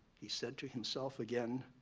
he said to himself again.